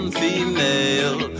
female